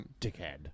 dickhead